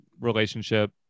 relationship